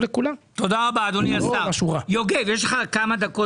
צריך לעודד השקעה